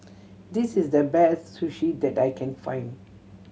this is the best Sushi that I can find